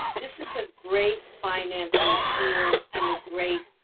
this is a great financing tool and a great,